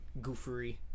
goofery